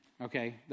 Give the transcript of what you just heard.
Okay